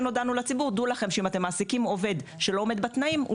הודענו לציבור שידע שאם אתם מעסיקים עובד שלא עומד בתנאים,